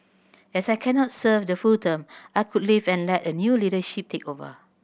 as I cannot serve the full term I could leave and let the new leadership take over